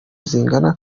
zingana